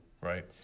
right